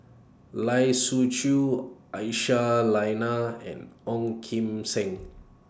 Lai Siu Chiu Aisyah Lyana and Ong Kim Seng